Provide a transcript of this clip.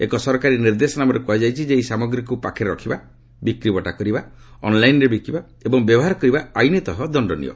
ଏକ ସରକାରୀ ନିର୍ଦ୍ଦେଶନାମାରେ କୃହାଯାଇଛି ଯେ ଏହି ସାମଗ୍ରୀକୁ ପାଖରେ ରଖିବା ବିକ୍ରିବଟା କରିବା ଅନ୍ଲାଇନ୍ରେ ବିକିବା ଏବଂ ବ୍ୟବହାର କରିବା ଆଇନତଃ ଦଶ୍ଚନୀୟ